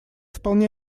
вполне